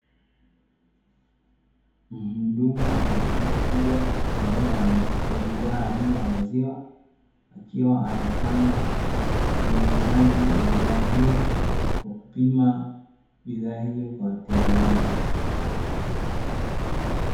Mhudumu wa duka kubwa aina ya bidhaa aina ya maziwa, akiwa anafanya uuzaji wa bidhaa hiyo kupima wizara hiyo kwa wateja wake.